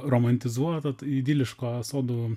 romantizuoto idiliško sodų